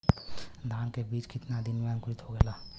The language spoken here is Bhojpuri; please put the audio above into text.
धान के बिज कितना दिन में अंकुरित होखेला?